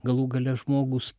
galų gale žmogus